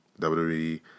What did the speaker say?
WWE